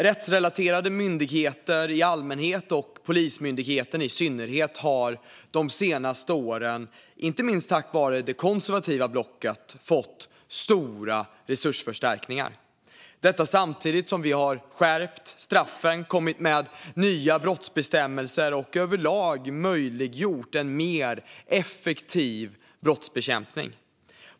Rättsrelaterade myndigheter i allmänhet och Polismyndigheten i synnerhet har de senaste åren, inte minst tack vare det konservativa blocket, fått stora resursförstärkningar - detta samtidigt som vi har skärpt straffen, kommit med nya brottsbestämmelser och överlag möjliggjort en mer effektiv brottsbekämpning.